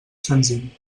senzill